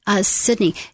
Sydney